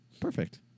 Perfect